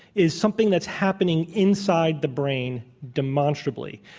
is something that's happening inside the brain, demonstrably.